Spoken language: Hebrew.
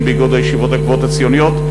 אם באיגוד הישיבות הגבוהות הציוניות,